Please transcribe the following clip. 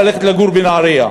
ללכת לגור בנהרייה,